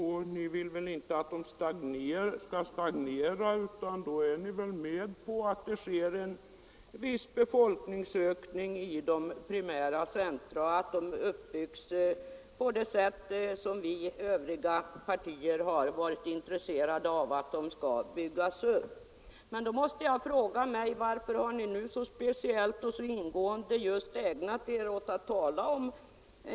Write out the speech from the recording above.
I så fall vill ni väl inte heller att de skall stagnera utan är kanske med på att det sker en viss befolkningsökning i primära centra och att de byggs upp på det sätt som vi i övriga partier förordat? Men i så fall måste jag fråga mig: Varför har ni då ägnat er så ingående åt primära centra och talat om att de inte får växa ut osv.? Och varför har ni icke gjort de sedvanliga utfallen mot storstadsområdena? Sådana utfall har ni ju gjort i så många år tidigare här i riksdagen. Det var närmast detta jag uppfattade som en sinnesförändring på centerhåll.